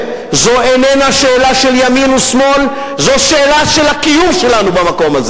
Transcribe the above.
שבעניין הזה יש לכם שותפה.